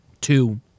Two